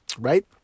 right